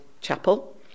Chapel